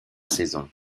saison